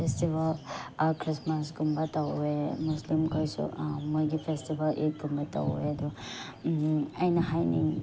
festival ꯈ꯭ꯔꯤꯁꯃꯥꯁꯀꯨꯝꯕ ꯇꯧꯋꯦ ꯃꯨꯁꯂꯤꯝꯈꯣꯏꯁꯨ ꯃꯣꯏꯒꯤ ꯐꯦꯁꯇꯤꯚꯦꯜ ꯏꯠꯀꯨꯝꯕ ꯇꯧꯋꯦ ꯑꯗꯨ ꯑꯩꯅ ꯍꯥꯏꯅꯤꯡ